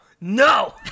No